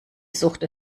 sucht